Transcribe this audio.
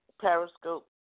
Periscope